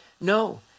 No